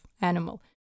animal